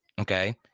Okay